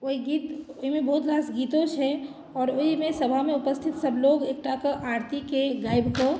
ओहि गीत ओहिमे बहुत रास गीतो छै आओर ओहिमे सभामे उपस्थित सभ लोक एकटा कऽ आरतीके गाबि कऽ